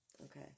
Okay